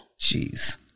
Jeez